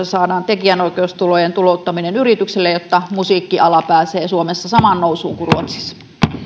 saadaan tekijänoikeustulojen tulouttaminen yrityksille jotta musiikkiala pääsee suomessa samaan nousuun kuin ruotsissa